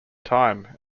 time